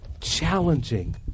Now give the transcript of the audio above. challenging